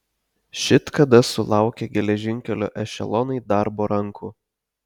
šit kada sulaukė geležinkelio ešelonai darbo rankų